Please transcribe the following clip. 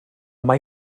mai